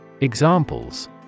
Examples